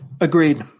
Agreed